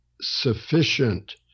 sufficient